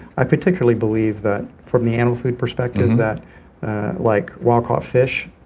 i particularly believe that from the animal food perspective that like wild caught fish,